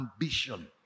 ambition